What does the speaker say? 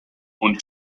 und